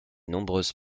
nombreuses